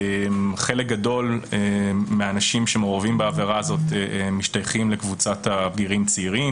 חלק גדול מהאנשים המעורבים בעבירה הזאת משתייכים לקבוצת הבגירים צעירים,